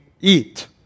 eat